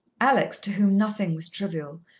alex, to whom nothing was trivial,